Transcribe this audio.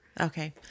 Okay